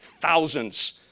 thousands